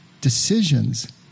decisions